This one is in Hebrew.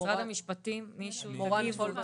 אתם ממנים לפי 44א' ונציג נוסף בעל מומחיות,